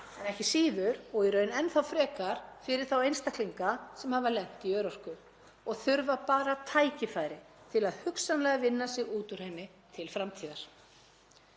en ekki síður og í raun enn þá frekar fyrir þá einstaklinga sem hafa lent í örorku og þurfa bara tækifæri til að hugsanlega vinna sig út úr henni til framtíðar.